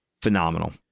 phenomenal